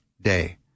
day